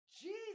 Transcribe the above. Jesus